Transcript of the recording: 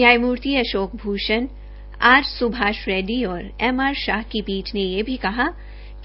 न्यायमूर्ति अशोक भूषण आर सुभाष रेड्डी और एमआर शाह की पीठ ने यह भी कहा